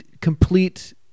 complete